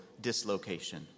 dislocation